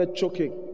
choking